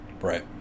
Right